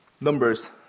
Numbers